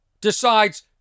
decides